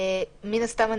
מן הסתם,